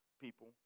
people